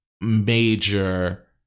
major